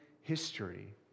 history